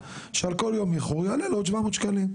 שעל כל יום איחור יעלה לו עוד 700 שקלים,